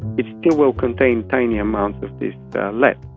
it still will contain tiny amounts of this lead.